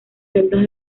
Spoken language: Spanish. celdas